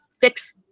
fix